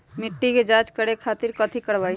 मिट्टी के जाँच करे खातिर कैथी करवाई?